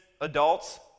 adults